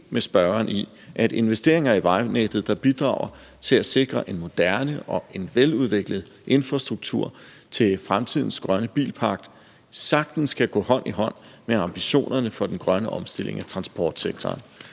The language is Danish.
med spørgeren i, at investeringer i vejnettet, der bidrager til at sikre en moderne og veludviklet infrastruktur til fremtidens grønne bilpark, sagtens kan gå hånd i hånd med ambitionerne om den grønne omstilling af transportsektoren.